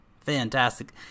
Fantastic